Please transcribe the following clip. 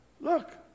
look